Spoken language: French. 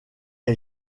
est